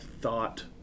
thought